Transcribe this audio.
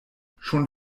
schon